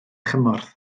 chymorth